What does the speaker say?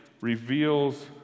reveals